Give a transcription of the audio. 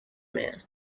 man